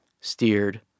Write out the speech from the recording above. steered